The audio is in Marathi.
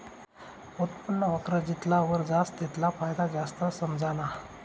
उत्पन्न वक्र जितला वर जास तितला फायदा जास्त समझाना